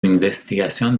investigación